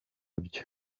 byo